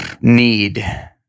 need